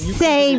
say